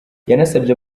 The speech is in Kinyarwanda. yanasabye